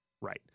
right